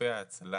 לגופי ההצלה,